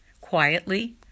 quietly